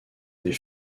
des